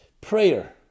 Prayer